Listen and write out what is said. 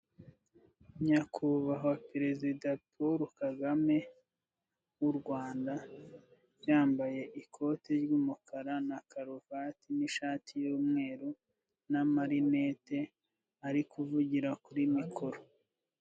Nyakubahwa perezida paul Kagame, w'u Rwanda yambaye ikote ry'umukara na karuvati n'ishati y'umweru, n'amarinete ari kuvugira kuri mikoro.